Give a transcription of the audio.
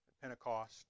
Pentecost